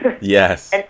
Yes